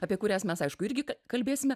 apie kurias mes aišku irgi kalbėsime